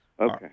Okay